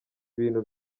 ibintu